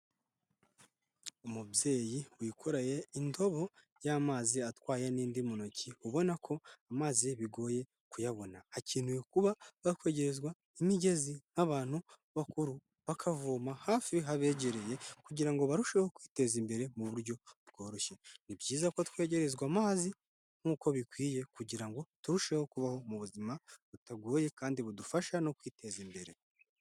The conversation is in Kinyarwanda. Umubyeyi wikoreye indobo y'amazi atwaye n'indi mu ntoki, ubona ko amazi bigoye kuyabona. Hakenewe kuba bakwegerezwa imigezi nk'abantu bakuru, bakavoma hafi habegereye kugira ngo barusheho kwiteza imbere mu buryo bworoshye. Ni byiza ko twegerezwa amazi nk'uko bikwiye, kugira ngo turusheho kubaho mu buzima butagoye, kandi budufasha no kwiteza imbere.